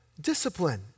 discipline